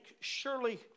surely